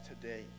today